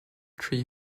tree